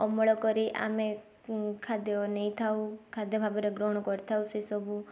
ଅମଳ କରି ଆମେ ଖାଦ୍ୟ ନେଇଥାଉ ଖାଦ୍ୟ ଭାବରେ ଗ୍ରହଣ କରିଥାଉ ସେ ସବୁ